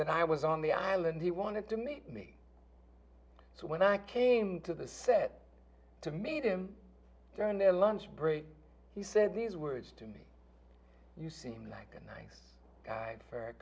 that i was on the island he wanted to meet me so when i came to the set to meet him during their lunch break he said these words to me you seem like a nice guy for a